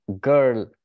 girl